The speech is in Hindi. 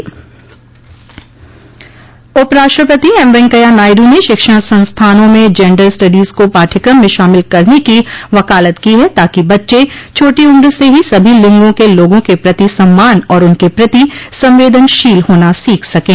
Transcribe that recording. उप राष्ट्रपति एम वेंकैया नायडू ने शिक्षण संस्थानों में जेंडर स्टडीज को पाठ्यक्रम में शामिल करने की वकालत की है ताकि बच्चे छोटी उम्र से ही सभी लिंगों के लोगों के प्रति सम्मान और उनके प्रति संवेदनशील होना सीख सकें